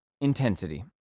intensity